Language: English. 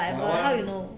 my [one]